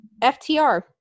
FTR